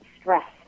stress